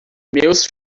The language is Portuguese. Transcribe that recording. meus